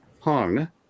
hung